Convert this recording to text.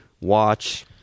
watch